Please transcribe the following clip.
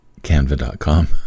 canva.com